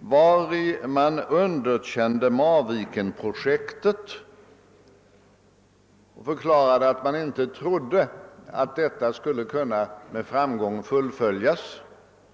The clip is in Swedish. vari de underkände Marvikenprojektet och förklarade att de inte trodde att detta skulle kunna med framgång fullföljas.